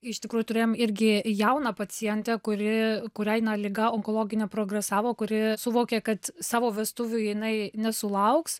iš tikrųjų turėjom irgi jauną pacientę kuri kuriai na liga onkologinė progresavo kuri suvokė kad savo vestuvių jinai nesulauks